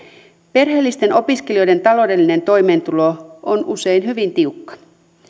perheellisten opiskelijoiden taloudellinen toimeentulo on usein hyvin tiukka